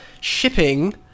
shipping